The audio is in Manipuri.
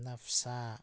ꯅꯐꯁꯥ